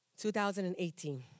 2018